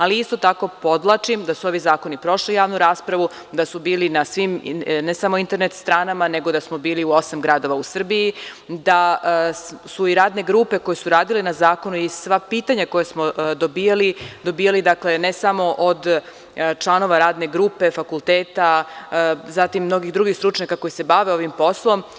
Ali, isto tako, podvlačim da su ovi zakoni prošli javnu raspravu, da su bili na svim ne samo internet stranama, nego da smo bili u osam gradova u Srbiji, da su i radne grupe koje su radile na zakonu i sva pitanja koja smo dobijali, dakle, dobijali ne samo od članova radne grupe, fakulteta, zatim, mnogih drugih stručnjaka koji se bave ovim poslom.